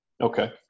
Okay